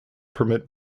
permit